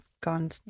gone